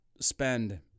spend